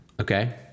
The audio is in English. Okay